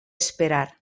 esperar